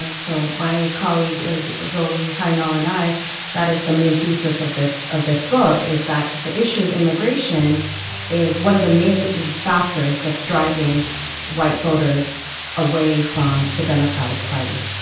ah so my colleague ah zoli hajnal and i that is the main thesis of this of this book is that the issue of immigration is one of the main factors that's driving white voters away from the democratic party.